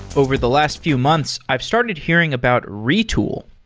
over the last few months, i've started hearing about retool.